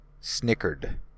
Snickered